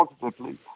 positively